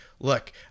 look